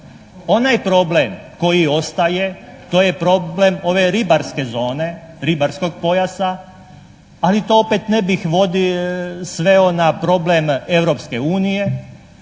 Onaj problem koji ostaje to je problem ove ribarske zone, ribarskoj pojasa, ali to opet ne bih sveo na problem Europske unije